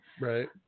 right